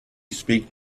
speak